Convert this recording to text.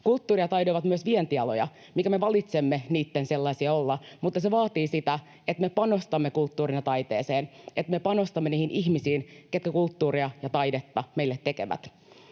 Kulttuuri ja taide ovat myös vientialoja, mikäli me valitsemme niitten sellaisia olla, mutta se vaatii sitä, että me panostamme kulttuuriin ja taiteeseen, että me panostamme niihin ihmisiin, jotka kulttuuria ja taidetta meille tekevät.